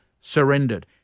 surrendered